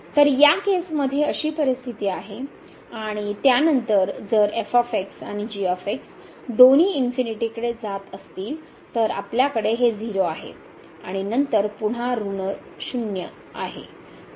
तर या केसमध्ये अशी परिस्थिती आहे आणि त्यानंतर जर आणि दोन्ही इन्फिनिटी कडे जात असतील तर आपल्याकडे हे 0 आहे आणि नंतर पुन्हा ऋण शून्य 0 आहे